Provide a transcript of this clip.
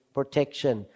Protection